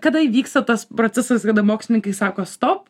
kada įvyksta tas procesas kada mokslininkai sako stop